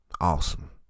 Awesome